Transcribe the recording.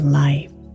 life